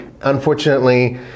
Unfortunately